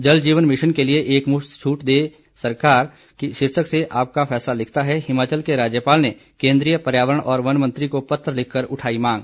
जल जीवन मिशन के लिए एक मुश्त छूट दे केंद्र सरकार शीर्षक से आपका फैसला लिखता है हिमाचल के राज्यपाल ने केंद्रीय पर्यावरण और वन मंत्री को पत्र लिखकर उठाई मांग